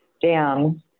dams